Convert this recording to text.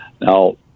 Now